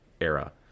era